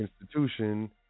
institution